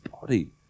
body